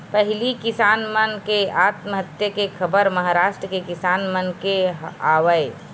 पहिली किसान मन के आत्महत्या के खबर महारास्ट के किसान मन के आवय